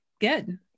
good